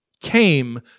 came